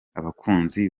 abakunzi